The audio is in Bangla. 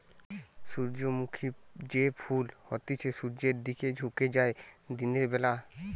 সূর্যমুখী যে ফুল হতিছে সূর্যের দিকে ঝুকে যায় দিনের বেলা